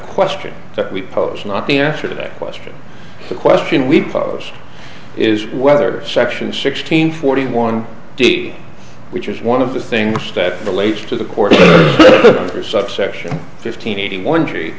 question that we pose not the answer to that question the question we pose is whether section sixteen forty one which is one of the things that relates to the court subsection fifteen eighty one